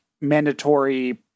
mandatory